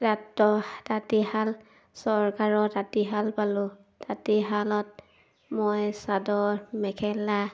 তাঁতৰ তাঁতীশাল চৰকাৰৰ তাঁতীশাল পালোঁ তাঁতীশালত মই চাদৰ মেখেলা